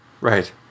Right